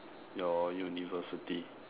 your university